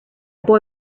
boy